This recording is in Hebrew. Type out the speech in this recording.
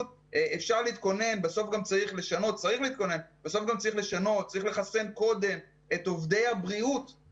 זה נכון שזה שמועות ונכון שאנחנו לא